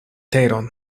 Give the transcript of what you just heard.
teron